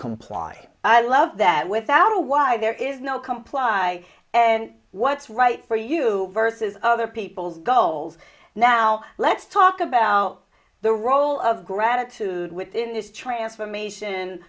comply i love that without a why there is no comply and what's right for you versus other people go now let's talk about the role of gratitude in this transformation